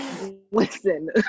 listen